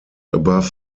above